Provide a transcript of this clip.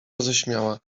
roześmiała